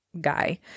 guy